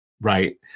right